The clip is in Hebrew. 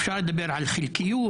אפשר לדבר על חלקיות,